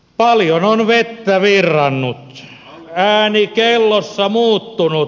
paljon on vettä virrannut ääni kellossa muuttunut